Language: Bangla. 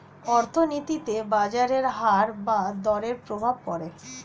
অর্থনীতিতে বাজারের হার বা দরের প্রভাব পড়ে